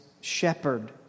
shepherd